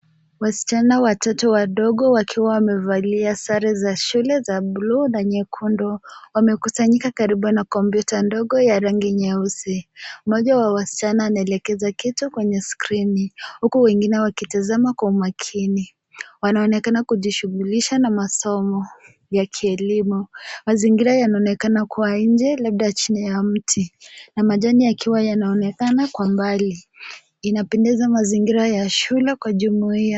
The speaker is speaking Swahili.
Wasichana watatu wadogo wakiwa wamevalia sare za shule za buluu na nyekundu, wamekusanyika karibu na kompyuta ndogo yenye rangi nyeusi. Mmoja wa wasichana anaelekeza kitu kwenye skrini huku wengine wakitazama kwa umakini. Wanaonekana kujishughulisha na masomo ya kielimu. Mazingira yanaonekana kua nje labda chini ya mti na majani yakiwa yanaonekana kwa mbali. Inapendeza mazingira ya shule kwa jumuiya.